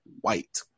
white